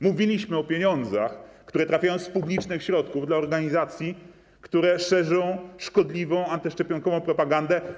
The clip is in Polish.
Mówiliśmy o pieniądzach, które trafiają z publicznych środków dla organizacji, które szerzą szkodliwą antyszczepionkową propagandę.